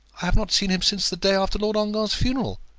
i have not seen him since the day after lord ongar's funeral.